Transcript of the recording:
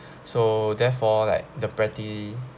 so therefore like the poetry